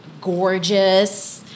gorgeous